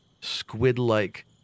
squid-like